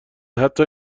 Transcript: حتی